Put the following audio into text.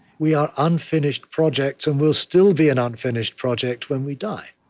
we are unfinished projects, and we'll still be an unfinished project when we die.